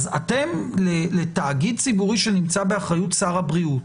אתם לתאגיד ציבורי שנמצא באחריות שר הבריאות,